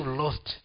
lost